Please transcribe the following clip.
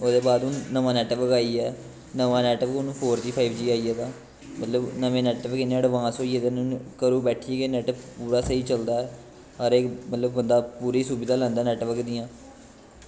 ओह्दे बाद नमां नैटबर्क आईया नमां नैटबर्क हून फोरजी फाईव जी आई दा मतलव नमें नैटबर्क इयां अड़बांस होई गेदे न घरों बैठियै गै नैटबर्क पूरा चलदा ऐ हर इक मचलव बंदा पूरी सुविधां लैंदा नैटबर्क दियां